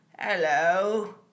Hello